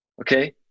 Okay